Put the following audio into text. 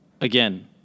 again